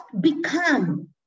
become